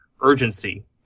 Urgency